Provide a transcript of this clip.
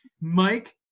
mike